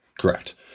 Correct